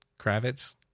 Kravitz